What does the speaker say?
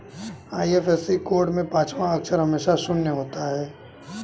IFSC code में पांचवा अक्षर हमेशा शून्य होता है